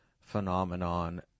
phenomenon